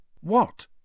What